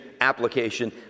application